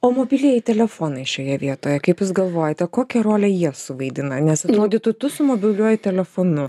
o mobilieji telefonai šioje vietoje kaip jūs galvojate kokią rolę jie suvaidina nes atrodytų tu su mobiliuoju telefonu